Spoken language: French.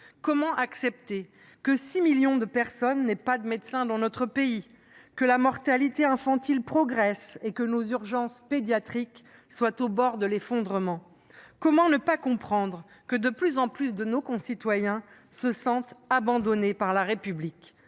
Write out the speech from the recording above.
Comment accepter que 6 millions de personnes n’aient pas de médecin traitant dans notre pays, que la mortalité infantile progresse et que nos urgences pédiatriques soient au bord de l’effondrement ? Comment ne pas comprendre que de plus en plus de nos concitoyens se sentent abandonnés par la République ?